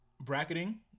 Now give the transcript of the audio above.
Bracketing